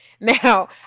Now